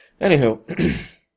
Anywho